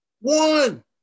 One